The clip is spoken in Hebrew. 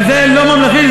אבל זה לא ממלכתי,